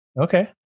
Okay